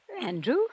Andrew